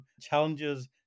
challenges